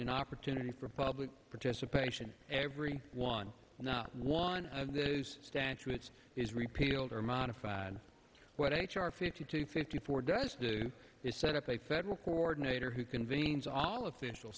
an opportunity for public participation every one not one of those statutes is repealed or modified what h r fifty two fifty four does do is set up a federal coordinator who convenes all official